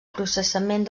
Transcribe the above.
processament